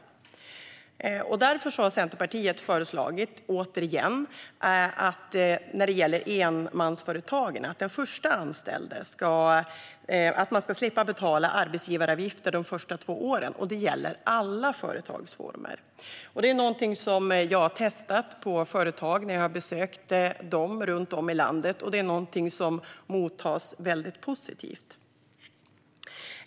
När det gäller enmansföretag har Centerpartiet därför föreslagit - återigen - att man ska slippa betala arbetsgivaravgifter för den förste anställde under de första två åren, och det gäller alla företagsformer. Detta är någonting som jag har testat på företag runt om i landet när jag har besökt dem och som tas emot väldigt positivt.